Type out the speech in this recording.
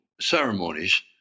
ceremonies